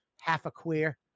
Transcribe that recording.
half-a-queer